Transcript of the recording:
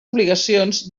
obligacions